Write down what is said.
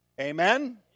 Amen